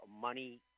money